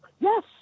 Yes